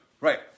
Right